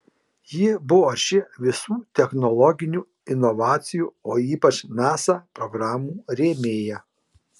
ji buvo arši visų technologinių inovacijų o ypač nasa programų rėmėja